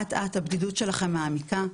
אט-אט הבדידות שלכם מעמיקה,